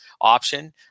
option